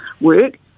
work